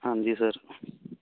ਹਾਂਜੀ ਸਰ